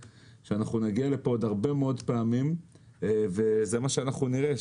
שאנחנו נגיע לפה עוד הרבה מאוד פעמים וזה מה שאנחנו נראה,